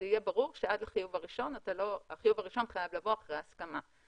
יהיה ברור שהחיוב הראשון חייב לבוא אחרי ההסכמה.